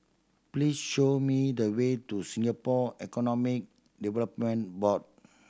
please show me the way to Singapore Economic Development Board